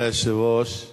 אדוני היושב-ראש,